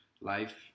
life